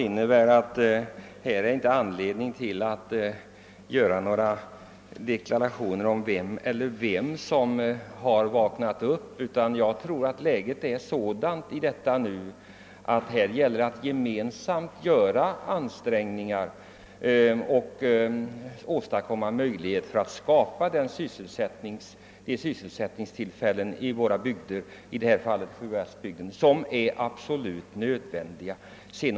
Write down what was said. Herr talman! Jag tycker inte det finns någon anledning till några deklarationer om vem som vaknat upp. Det nuvarande läget är sådant att man måste göra gemensamma ansträngningar för att skapa den sysselsättning i våra bygder, i detta fall Sjuhäradsbygden, som är absolut nödvändig oavsett politisk hemvist.